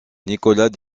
nicolas